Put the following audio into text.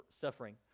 suffering